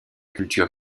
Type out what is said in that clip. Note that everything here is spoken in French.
culture